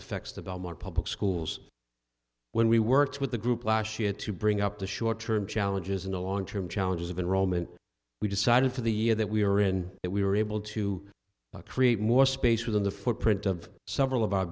affects the belmont public schools when we worked with a group last year to bring up the short term challenges in the long term challenges of enrollment we decided for the year that we are in it we were able to create more space within the footprint of several of our